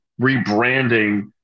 rebranding